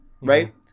right